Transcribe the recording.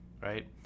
Right